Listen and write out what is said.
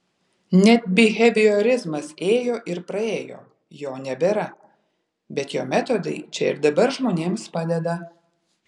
net biheviorizmas ėjo ir praėjo jo nebėra bet jo metodai čia ir dabar žmonėms padeda